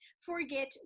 forget